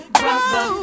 brother